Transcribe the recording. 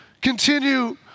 continue